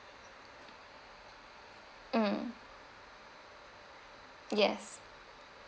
mm yes